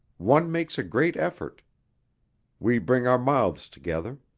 one makes a great effort we bring our mouths together.